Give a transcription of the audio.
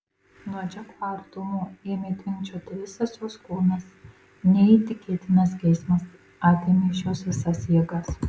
nuo džeko artumo ėmė tvinkčioti visas jos kūnas neįtikėtinas geismas atėmė iš jos visas jėgas